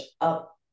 up